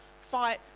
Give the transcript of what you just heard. fight